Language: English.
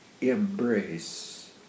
embrace